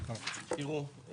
תראו,